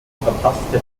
verpasste